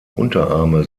unterarme